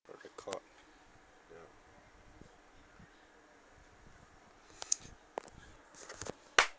uh record ya